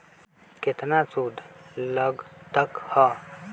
केतना सूद लग लक ह?